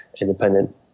independent